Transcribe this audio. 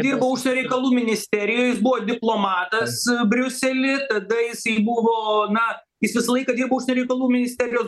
dirbo užsienio reikalų ministerijoj jis buvo diplomatas briusely tada jisai buvo na jis visą laiką dirbo užsienio reikalų ministerijos